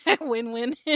win-win